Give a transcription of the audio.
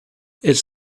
it’s